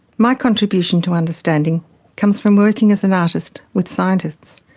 my contribution to understanding comes from working as an artist with scientists.